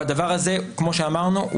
והדבר הזה כמו שאמרנו,